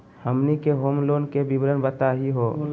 हमनी के home loan के विवरण बताही हो?